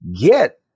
get